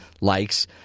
likes